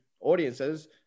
audiences